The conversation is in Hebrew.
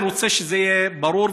אני רוצה שזה יהיה ברור,